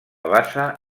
bassa